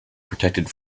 protected